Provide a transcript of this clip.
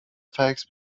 فکس